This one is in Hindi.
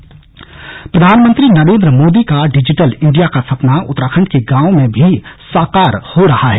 डिजिटल इंडिया प्रधानमंत्री नरेंद्र मोदी का डिजिटल इंडिया का सपना उत्तराखंड के गांवों में भी साकार हो रहा है